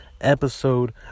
episode